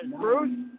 Bruce